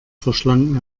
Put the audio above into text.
verschlang